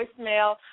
voicemail